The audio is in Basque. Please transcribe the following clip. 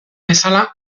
bezala